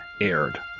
aired